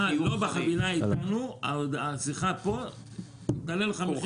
השיחה כאן תעלה לך.